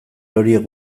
horiek